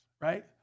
right